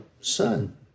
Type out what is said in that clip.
son